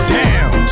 down